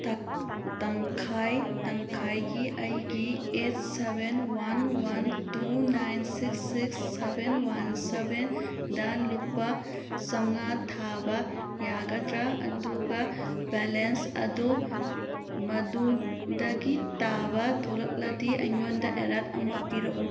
ꯇꯪꯈꯥꯏ ꯇꯪꯈꯥꯏꯒꯤ ꯑꯩꯒꯤ eight seven one one two nine six six seven one seven ꯗ ꯂꯨꯄꯥ ꯆꯥꯝꯃꯉꯥ ꯊꯥꯕ ꯌꯥꯒꯗ꯭ꯔꯥ ꯑꯗꯨꯒ ꯕꯦꯂꯦꯟꯁ ꯑꯗꯨ ꯃꯗꯨꯗꯒꯤ ꯇꯥꯕ ꯊꯣꯛꯂꯛꯂꯗꯤ ꯑꯩꯉꯣꯟꯗ ꯑꯦꯂꯔꯠ ꯑꯃ ꯄꯤꯔꯛꯎ